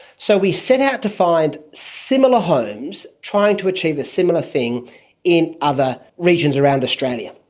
so we set out to find similar homes, trying to achieve a similar thing in other regions around australia.